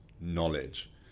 knowledge